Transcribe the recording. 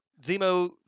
Zemo